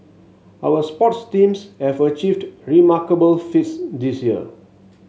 our sports teams have achieved remarkable feats this year